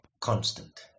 constant